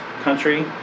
country